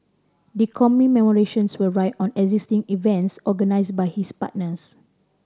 the commemorations will ride on existing events organised by his partners